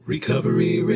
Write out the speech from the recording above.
Recovery